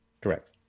Correct